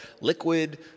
liquid